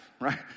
right